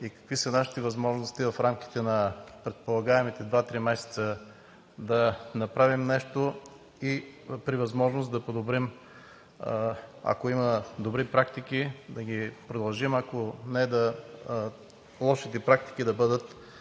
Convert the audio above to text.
какви са нашите възможности в рамките на предполагаемите два-три месеца да направим нещо и при възможност да подобрим. Ако има добри практики – да ги продължим, ако не – лошите практики да бъдат